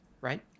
right